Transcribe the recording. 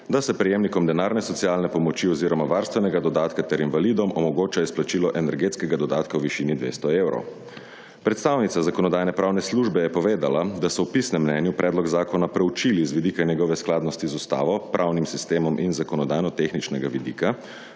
da se prejemnikom denarne socialne pomoči oziroma varstvenega dodatka ter invalidom omogoča izplačilo energetskega dodatka v višin 200 evrov. Predstavnica Zakonodajno-pravne službe je povedala, da so v pisnem mnenju predloga zakona preučili z vidika njegove skladnosti z Ustavo, pravnim sistemom in zakonodajno-tehničnega vidika,